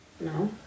No